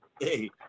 Hey